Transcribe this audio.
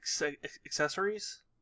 accessories